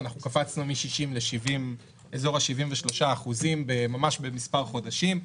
אנחנו קפצנו מ-60% לאזור ה-73% במספר חודשים,